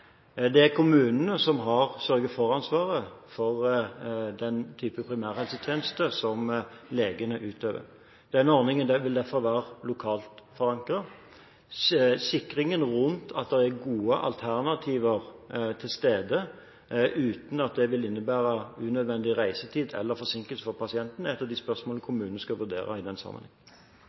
Det er kommunene som har sørge-for-ansvaret for den type primærhelsetjeneste som legene utøver. Denne ordningen vil derfor være lokalt forankret. Sikringen rundt at det er gode alternativer til stede uten at det vil innebære unødvendig reisetid eller forsinkelse for pasienten, er et av de spørsmål kommunene skal vurdere i den sammenheng.